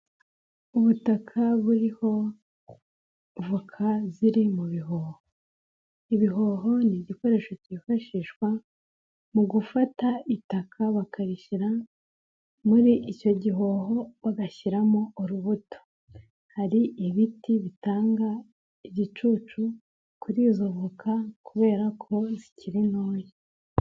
Ubutaka buriho voka ziri mu bihoho, ibihoho ni igikoresho cyifashishwa mu gufata itaka bakarishyira muri icyo gihoho bagashyiramo urubuto, hari ibiti bitanga igicucu kuri izo voka kubera ko zikiri ntoya.